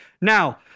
Now